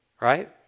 Right